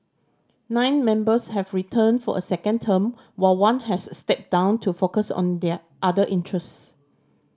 nine members have returned for a second term while one has stepped down to focus on their other interests